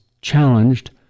challenged